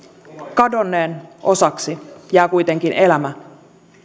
kadonneen osaksi jää kuitenkin elämä